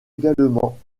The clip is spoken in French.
également